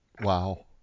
Wow